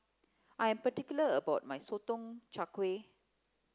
I am particular about my Sotong Char Kway